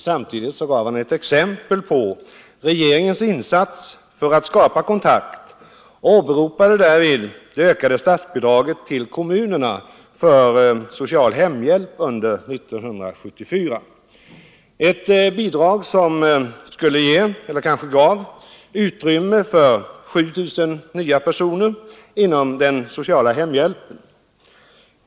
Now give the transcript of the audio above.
Som ett exempel på regeringens insatser för att skapa kontakt åberopade han det ökade statsbidraget till kommunerna för social hemhjälp under 1974, ett bidrag som gav utrymme för 7 000 nya personer inom den sociala hemhjälpen.